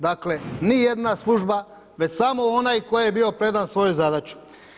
Dakle, ni jedna služba već samo onaj tko je bio predan svojoj zadaći.